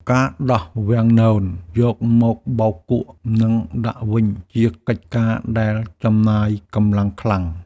ការដោះវាំងននយកមកបោកគក់ និងដាក់វិញ ជាកិច្ចការដែលចំណាយកម្លាំងខ្លាំង។